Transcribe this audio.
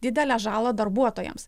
didelę žalą darbuotojams